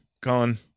Colin